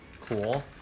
cool